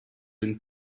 and